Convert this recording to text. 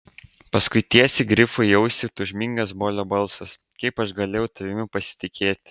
paskui tiesiai grifui į ausį tūžmingas bolio balsas kaip aš galėjau tavimi pasitikėti